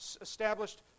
established